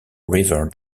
river